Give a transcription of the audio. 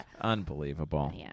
Unbelievable